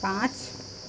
पाँच